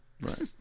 Right